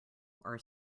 our